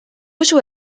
usu